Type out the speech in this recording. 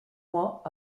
mois